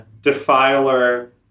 Defiler